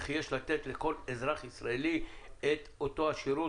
וכי יש לתת לכל אזרח ישראלי את אותו השירות,